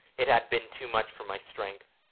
it had been too much for my strength.